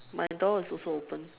my door is also open